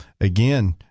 again